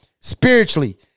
spiritually